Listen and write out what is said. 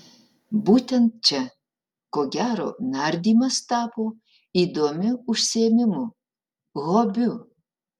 būtent čia ko gero nardymas tapo įdomiu užsiėmimu hobiu